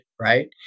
right